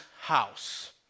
house